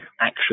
action